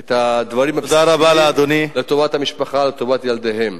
את הדברים הבסיסיים לטובת המשפחה, לטובת ילדיהם.